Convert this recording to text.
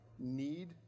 need